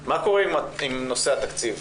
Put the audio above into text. מה קורה עם נושא התקציב.